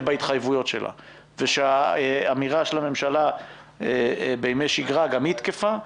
בהתחייבויות שלה ושהאמירה של הממשלה בימי שגרה גם היא תקפה,